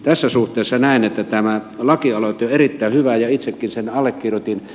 tässä suhteessa näen että tämä lakialoite on erittäin hyvä ja itsekin sen allekirjoitin